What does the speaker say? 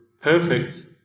perfect